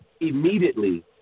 immediately